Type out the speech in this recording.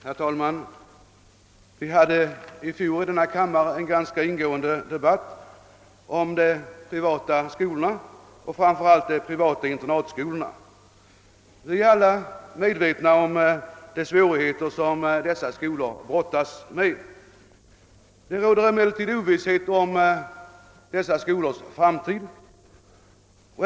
Herr talman! Vi hade i fjol i denna kammare en ganska ingående debatt om de privata skolorna och framför allt de privata internatskolorna. Vi är alla medvetna om de svårigheter som dessa skolor brottas med. Det råder emellertid ovisshet om skolornas framtid.